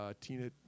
Tina